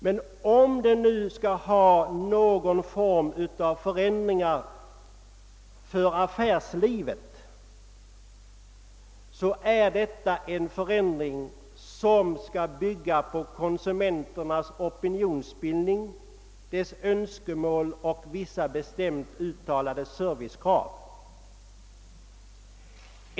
Men om man skall genomföra några förändringar i affärslivet, så skall de förändringarna bygga på konsumenternas opinionsbildning, deras önskemål och bestämt uttalade servicekrav.